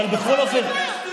איזו קבוצה יריבה?